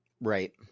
Right